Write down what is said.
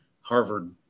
Harvard